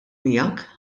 miegħek